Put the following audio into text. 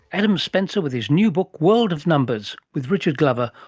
adam spencer with his new book world of numbers, with richard glover,